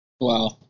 Wow